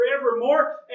forevermore